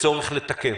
כצורך לתקן.